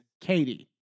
Katie